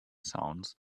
sounds